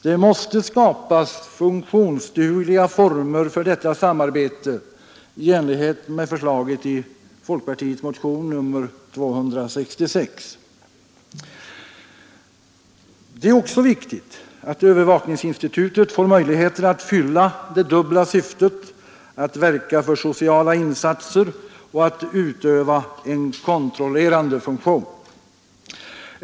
Det måste skapas funktionsdugliga former för detta samarbete i enlighet med förslaget i folkpartiets motion nr 266. Det är också viktigt att övervakningsinstitutet får möjligheter att fylla det dubbla syftet att verka för sociala insatser och att utöva en kontrollerande funktion.